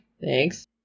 Thanks